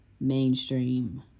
mainstream